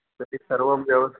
तर्हि सर्वं व्यवसायः